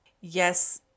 Yes